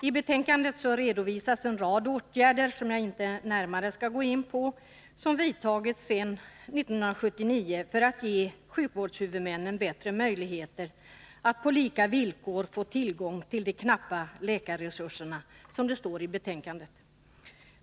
I betänkandet redovisas en rad åtgärder — som jag inte närmare skall gå in på — som vidtagits sedan 1979 för att ge sjukvårdshuvudmännen bättre möjligheter att på lika villkor få tillgång till de ”knappa läkarresurserna”, som det står i betänkandet.